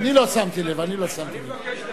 אני לא שמתי לב, אני לא שמתי לב.